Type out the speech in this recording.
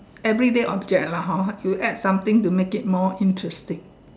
everyday object lah hor you add something to it to make it more interesting